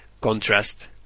contrast